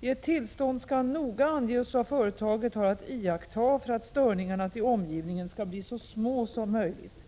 I ett tillstånd skall noga anges vad företaget har att iaktta för att störningarna till omgivningen skall bli så små som möjligt.